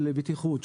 של בטיחות,